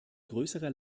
größerer